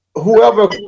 whoever